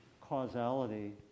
causality